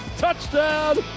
Touchdown